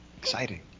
Exciting